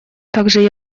также